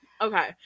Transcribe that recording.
Okay